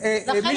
איכות סביבה רשום.